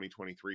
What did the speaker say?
2023